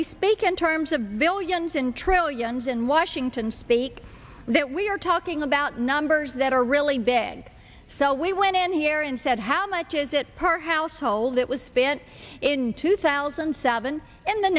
we speak in terms of billions and trillions in washington speak that we are talking about numbers that are really bad so we went in here and said how much is it perhaps whole that was spent in two thousand and seven in the